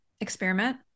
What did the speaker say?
experiment